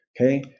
Okay